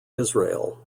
israel